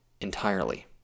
entirely